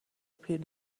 پیر